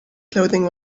clothing